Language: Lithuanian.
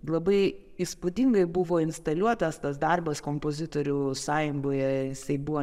labai įspūdingai buvo instaliuotas tas darbas kompozitorių sąjungoje jisai buvo